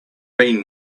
been